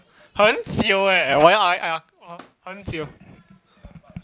很久 eh 我要 ah 很久